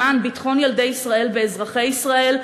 למען ביטחון ילדי ישראל ואזרחי ישראל,